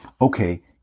okay